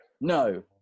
No